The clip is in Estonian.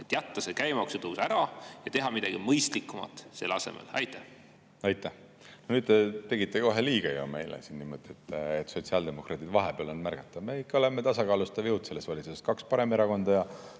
et jätta see käibemaksu tõus ära ja teha midagi mõistlikumat selle asemel? Aitäh! Nüüd te tegite ju kohe liiga meile, et sotsiaaldemokraate ainult vahepeal on märgata. Me ikka oleme tasakaalustav jõud selles valitsuses, kaks paremerakonda ja